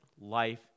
life